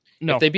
No